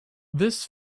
this